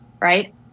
right